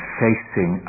facing